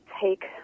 take